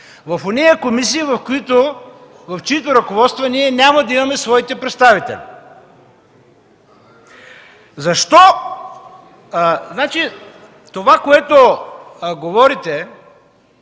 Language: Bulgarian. Това, което говорите,